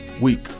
week